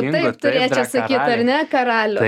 taip turėčiau sakyt ar ne karaliau